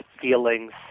feelings